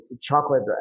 chocolate